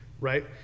right